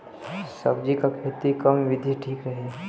सब्जी क खेती कऊन विधि ठीक रही?